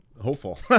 hopeful